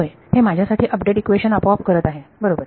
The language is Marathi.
होय हे माझ्यासाठी अपडेट इक्वेशन आपोआप करत आहे बरोबर